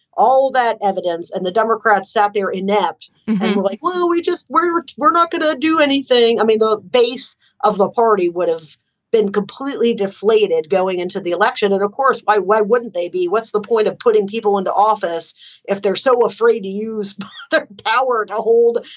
all that evidence and the democrats said there inept like, well, we just were we're not going to do anything. i mean, the base of the party would have been completely deflated going into the election. and of course, by why wouldn't they be? what's the point of putting people into office if they're so afraid to use their power to hold?